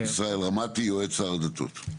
ישראל רמתי יועץ שר הדתות.